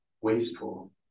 wasteful